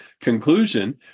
conclusion